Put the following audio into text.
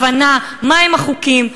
הבנה מה הם החוקים,